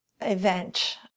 event